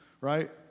Right